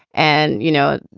and, you know,